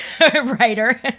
writer